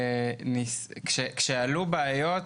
כשעלו בעיות,